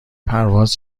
پرواز